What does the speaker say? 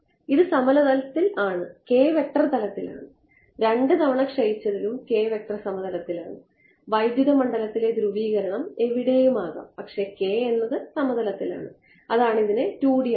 ഇത് സമതലത്തിൽ ആണ് k വെക്റ്റർ തലത്തിലാണ് 2 തവണ ക്ഷയിച്ചതിലും k വെക്റ്റർ സമതലത്തിലാണ് വൈദ്യുത മണ്ഡലത്തിലെ ധ്രുവീകരണം എവിടെയും ആകാം പക്ഷേ k എന്നത് സമതലത്തിലാണ് അതാണ് ഇതിനെ 2D ആക്കുന്നത്